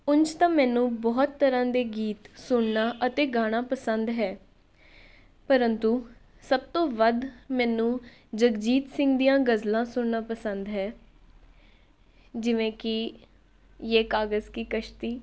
ਉਂਝ ਤਾਂ ਮੈਨੂੰ ਬਹੁਤ ਤਰ੍ਹਾਂ ਦੇ ਗੀਤ ਸੁਣਨਾ ਅਤੇ ਗਾਉਣਾ ਪਸੰਦ ਹੈ ਪਰੰਤੂ ਸਭ ਤੋਂ ਵੱਧ ਮੈਨੂੰ ਜਗਜੀਤ ਸਿੰਘ ਦੀਆਂ ਗਜ਼ਲਾਂ ਸੁਣਨਾ ਪਸੰਦ ਹੈ ਜਿਵੇਂ ਕਿ ਯੇਹ ਕਾਗਜ਼ ਕੀ ਕਸ਼ਤੀ